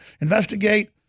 Investigate